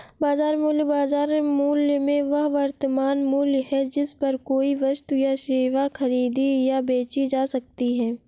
बाजार मूल्य, बाजार मूल्य में वह वर्तमान मूल्य है जिस पर कोई वस्तु या सेवा खरीदी या बेची जा सकती है